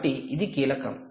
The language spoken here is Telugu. కాబట్టి ఇది కీలకం